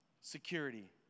Security